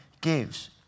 gives